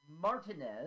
Martinez